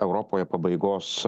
europoje pabaigos